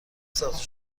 ساخته